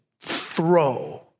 throw